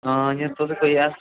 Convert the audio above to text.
हां इ'यां तुस कोई ऐ